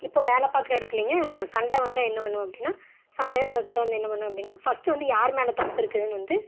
இப்போ வேலை பார்க்கற இடத்துலைங்க சண்டை வந்தால் என்ன பண்ணுவேன் அப்படின்னா சண்டையோ இல்லை சச்சரவு வந்தால் என்ன பண்ணுவேன் அப்படின்னா ஃபஸ்ட்டு வந்து யாரு மேலே தப்பு இருக்குதுன்னு வந்து